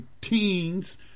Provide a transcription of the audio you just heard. teens